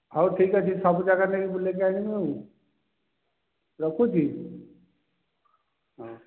ହଉ ଠିକ୍ ଅଛି ସବୁ ଜାଗା ନେଇ ବୁଲେଇକି ଆଣିବି ଆଉ ରଖୁଛି ହଁ